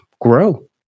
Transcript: grow